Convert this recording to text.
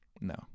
no